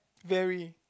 very